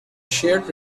shared